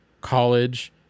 college